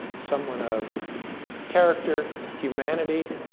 someone of character, humanity,